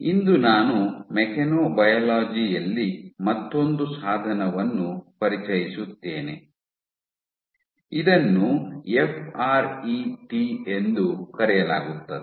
ಇಂದು ನಾನು ಮೆಕ್ಯಾನೊಬಯಾಲಜಿ ಯಲ್ಲಿ ಮತ್ತೊಂದು ಸಾಧನವನ್ನು ಪರಿಚಯಿಸುತ್ತೇನೆ ಇದನ್ನು ಎಫ್ ಆರ್ ಇ ಟಿ ಎಂದು ಕರೆಯಲಾಗುತ್ತದೆ